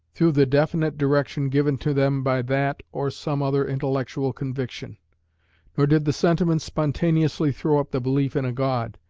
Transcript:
through the definite direction given to them by that or some other intellectual conviction nor did the sentiments spontaneously throw up the belief in a god,